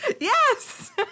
Yes